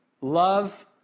Love